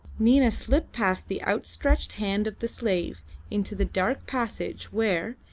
nina slipped past the outstretched hand of the slave into the dark passage where,